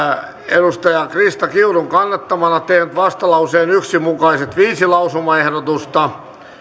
krista kiurun kannattamana tehnyt vastalauseen yksi mukaiset viisi lausumaehdotusta